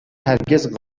هرگز